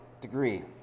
degree